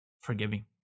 forgiving